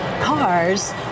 cars